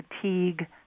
fatigue